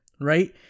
right